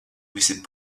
visi